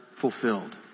fulfilled